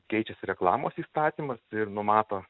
keičiasi reklamos įstatymas ir numato